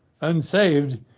unsaved